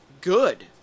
good